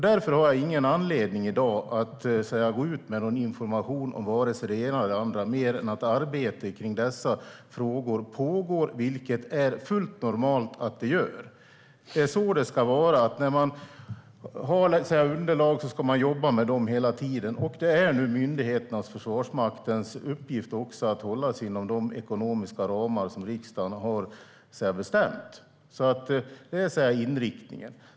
Därför har jag ingen anledning i dag att gå ut med någon information om vare sig det ena eller andra mer än att arbetet kring dessa frågor pågår, vilket är fullt normalt att det gör. Det är så det ska vara. När man har ett underlag ska man jobba med det hela tiden. Det är nu myndighetens, Försvarsmaktens, uppgift att hålla sig inom de ekonomiska ramar som riksdagen har bestämt. Det gäller inriktningen.